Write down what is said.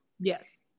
yes